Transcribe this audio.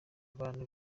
abantu